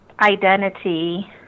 identity